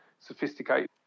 sophisticated